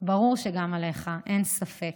ברור שגם עליך, אין ספק.